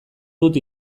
dut